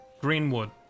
Greenwood